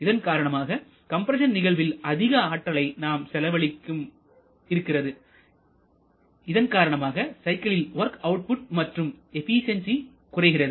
இதன் காரணமாக கம்ப்ரஸன் நிகழ்வில் அதிக ஆற்றலை நாம் செலவழிக்கும்படி இருக்கிறது இதன் காரணமாக சைக்கிளில் வொர்க் அவுட் புட் மற்றும் எபிசியன்சி குறைகிறது